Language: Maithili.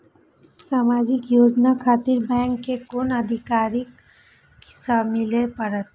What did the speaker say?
समाजिक योजना खातिर बैंक के कुन अधिकारी स मिले परतें?